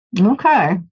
Okay